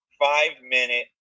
five-minute